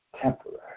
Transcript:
temporary